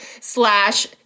slash